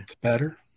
Better